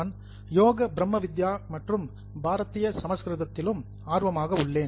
நான் யோக பிரம்மவித்யா மற்றும் பாரதிய சமஸ்கிருதத்திலும் ஆர்வமாக உள்ளேன்